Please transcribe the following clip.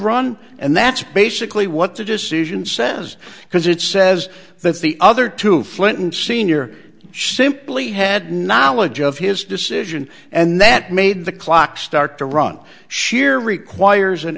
run and that's basically what the decision says because it says that the other two flint sr simply had knowledge of his decision and that made the clock start to run sheer requires an